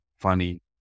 funny